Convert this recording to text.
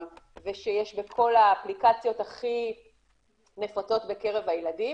ושיש בכל האפליקציות הכי נפוצות בקרב הילדים